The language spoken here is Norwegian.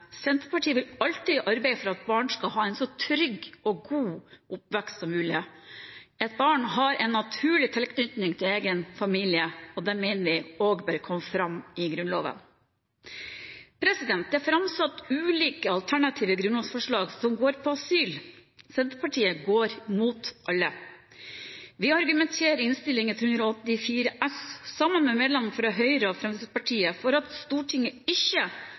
Senterpartiet vil alltid arbeide for at barn skal ha en så trygg og god oppvekst som mulig. Et barn har en naturlig tilknytning til egen familie, og det mener vi også bør komme fram i Grunnloven. Det er framsatt ulike alternative grunnlovsforslag som går på asyl. Senterpartiet går imot alle. Vi argumenterer i Innst. 184 S, sammen med medlemmene fra Høyre og Fremskrittspartiet, for at Stortinget ikke